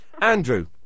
Andrew